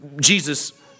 Jesus